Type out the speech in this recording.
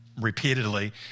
repeatedly